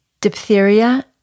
diphtheria